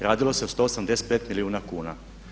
Radilo se o 185 milijuna kuna.